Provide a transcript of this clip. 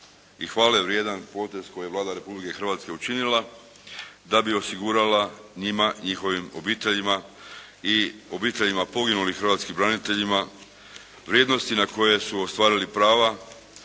hvalevrijedan potez koji je Vlada Republike Hrvatske učinila da bi osigurala njima i njihovim obiteljima i obiteljima poginulih hrvatskih branitelja vrijednosti na koje su ostvarili prava